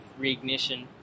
reignition